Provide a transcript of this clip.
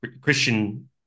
Christian